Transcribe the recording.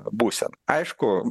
būsena aišku